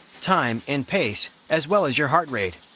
time, and pace, as well as your heart rate.